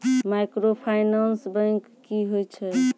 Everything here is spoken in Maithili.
माइक्रोफाइनांस बैंक की होय छै?